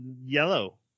Yellow